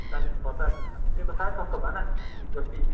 चालिस पचास आम्मामा त्यो त साह्रै सस्तो भएन हिजोअस्ति